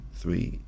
three